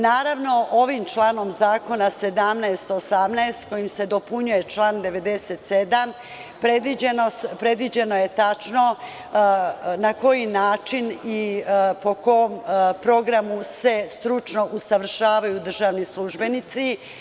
Naravno, ovim članom zakona 17, 18. kojim se dopunjuje član 97. predviđeno je tačno i po kom programu se stručno usavršavaju državni službenici.